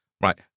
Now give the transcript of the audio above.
Right